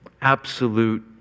absolute